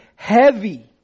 Heavy